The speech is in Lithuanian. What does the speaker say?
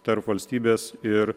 tarp valstybės ir